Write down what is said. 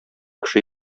кеше